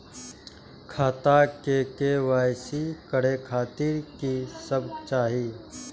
खाता के के.वाई.सी करे खातिर की सब चाही?